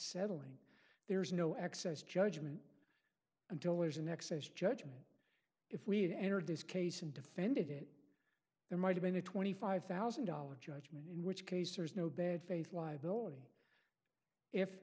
settling there is no excess judgement until there's an excess judgement if we have entered this case and defended it there might have been a twenty five thousand dollars judgment in which case there's no bad faith liability if